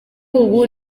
ubu